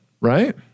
Right